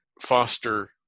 foster